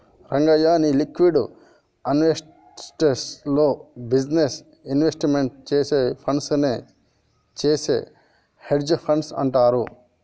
రంగయ్య, నీ liquid assets లో business investment చేసే ఫండ్స్ నే చేసే హెడ్జె ఫండ్ అంటారు